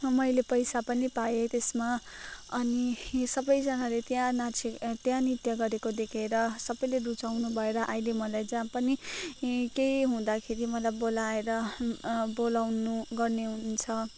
मैले पैसा पनि पाएँ त्यसमा अनि सबैजनाले त्यहाँ नाचेको त्यहाँ नृत्य गरेको देखेर सबैले रुचाउनुभएर अहिले मलाई जहाँ पनि केही हुँदाखेरि मलाई बोलाएर बोलाउने गर्नुहुन्छ